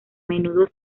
menudo